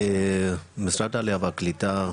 משרד העלייה והקליטה,